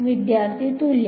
വിദ്യാർത്ഥി തുല്യം